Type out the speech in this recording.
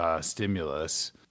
stimulus